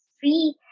free